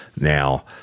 Now